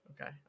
okay